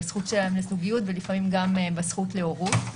בזכות שלהם לזוגיות ולפעמים גם בזכות להורות.